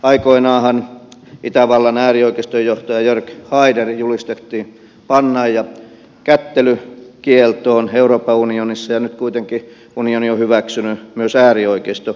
aikoinaanhan itävallan äärioikeiston johtaja jörg haider julistettiin pannaan ja kättelykieltoon euroopan unionissa ja nyt kuitenkin unioni on hyväksynyt myös äärioikeiston yhteistyökumppanikseen